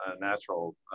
natural